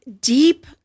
deep